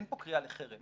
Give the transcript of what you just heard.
אין פה קריאה לחרם,